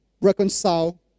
reconcile